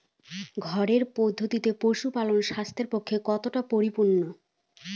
ঘরোয়া পদ্ধতিতে পশুপালন স্বাস্থ্যের পক্ষে কতটা পরিপূরক?